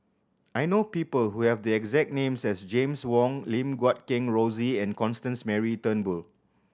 I know people who have the exact names as James Wong Lim Guat Kheng Rosie and Constance Mary Turnbull